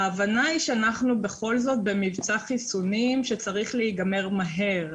ההבנה היא שאנחנו בכל זאת במבצע חיסונים שצריך להיגמר מהר,